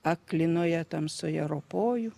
aklinoje tamsoje ropoju